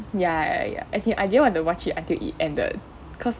ya ya ya as in I didn't want to watch it until it ended because